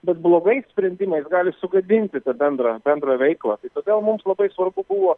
bet blogais sprendimais gali sugadinti tą bendrą bendrą veiklą tai todėl mums labai svarbu buvo